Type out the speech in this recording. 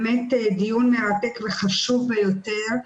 באמת דיון מרתק וחשוב ביותר.